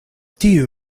tiu